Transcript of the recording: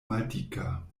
maldika